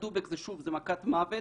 לגבי חברת "דובק" זה מכת מוות.